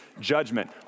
judgment